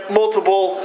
multiple